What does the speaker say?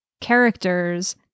characters